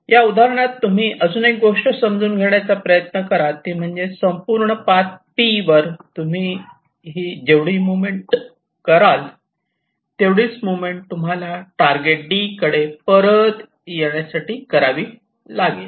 या उदाहरणात तुम्ही अजून एक गोष्ट समजून घेण्याचा प्रयत्न करा ती म्हणजे संपूर्ण पाथ 'P' व वर तुम्ही ही जेवढी मुव्हमेंट कराल तेवढेच मुव्हमेंट तुम्हाला टारगेट D कडे परत येण्यासाठी करावी लागेल